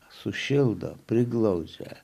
sušildo priglaudžia